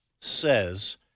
says